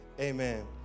amen